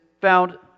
found